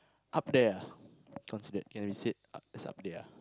up there ah considered can be said uh it's up there ah